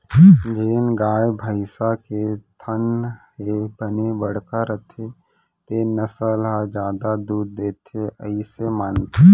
जेन गाय, भईंस के थन ह बने बड़का रथे तेन नसल ह जादा दूद देथे अइसे मानथें